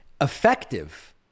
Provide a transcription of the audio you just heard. effective